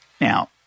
Now